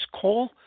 call